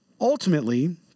ultimately